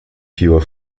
pure